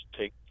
take